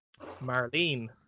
Marlene